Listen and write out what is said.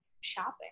shopping